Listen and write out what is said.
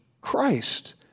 Christ